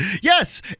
Yes